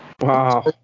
Wow